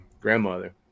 grandmother